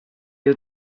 you